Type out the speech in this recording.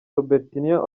robertinho